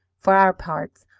for our parts,